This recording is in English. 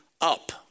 up